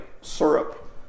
syrup